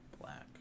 Black